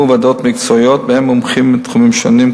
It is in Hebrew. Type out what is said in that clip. ועדות מקצועיות שבהן מומחים מתחומים שונים,